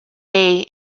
they